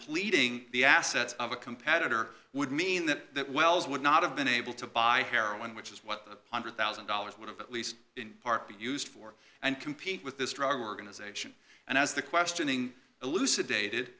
depleting the assets of a competitor would mean that wells would not have been able to buy heroin which is what the one hundred thousand dollars would have at least in part be used for and compete with this drug organization and as the questioning elucidated